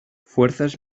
fuerzas